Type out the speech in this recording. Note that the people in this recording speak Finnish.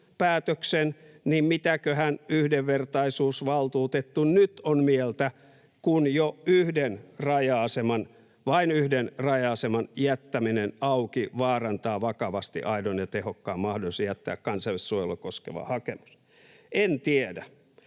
niin mitäköhän yhdenvertaisuusvaltuutettu nyt on mieltä, kun jo yhden raja-aseman — vain yhden raja-aseman — jättäminen auki vaarantaa vakavasti aidon ja tehokkaan mahdollisuuden jättää kansainvälistä suojelua koskeva hakemus? — En tiedä.